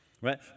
right